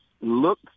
Look